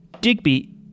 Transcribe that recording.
Digby